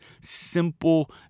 simple